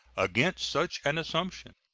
against such an assumption.